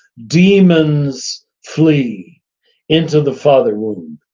demons flee into the father wound.